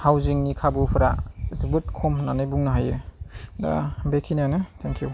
हाउजिंनि खाबुफोरा जोबोद खम होननानै बुंनो हायो दा बेखिनियानो थें इउ